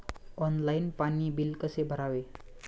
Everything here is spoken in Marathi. ऑनलाइन पाणी बिल कसे भरावे?